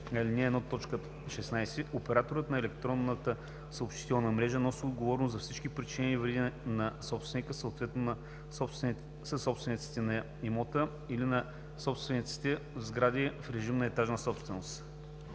1, т. 16 операторът на електронната съобщителна мрежа носи отговорност за всички причинени вреди на собственика, съответно на съсобствениците на имота или на собствениците в сгради в режим на етажна собственост.